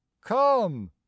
come